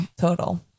total